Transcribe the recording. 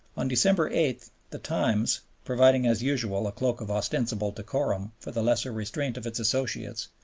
on december eight, the times, providing as usual a cloak of ostensible decorum for the lesser restraint of its associates,